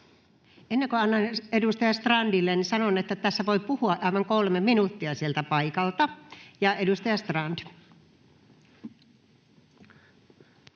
Ennen kuin annan edustaja Strandille, niin sanon, että tässä voi puhua aivan 3 minuuttia sieltä paikalta. — Edustaja Strand.